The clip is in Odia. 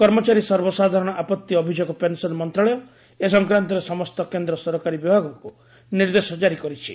କର୍ମଚାରୀ ସର୍ବସାଧାରଣ ଆପତ୍ତି ଅଭିଯୋଗ ପେନସନ ମନ୍ତ୍ରଣାଳୟ ଏ ସଂକ୍ରାନ୍ତରେ ସମସ୍ତ କେନ୍ଦ୍ର ସରକାରୀ ବିଭାଗକ୍ର ନିର୍ଦ୍ଦେଶ ଜାରି କରିଛି